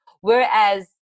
Whereas